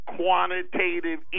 quantitative